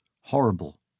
horrible